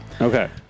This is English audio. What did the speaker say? Okay